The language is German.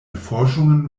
forschungen